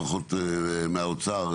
לפחות מהאוצר,